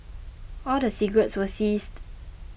all the cigarettes were seized